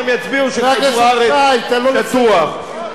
הם יצביעו שכדור הארץ שטוח.